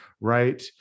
right